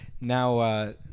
now